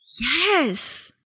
Yes